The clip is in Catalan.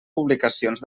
publicacions